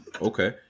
Okay